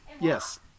Yes